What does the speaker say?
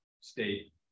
state